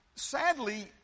Sadly